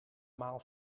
maal